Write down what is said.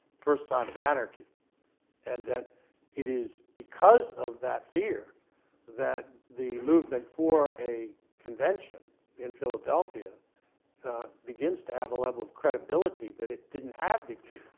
first sign of anarchy and that it is because of that fear that the movement for a convention in philadelphia begins to have a level of credibility that it didn't have before.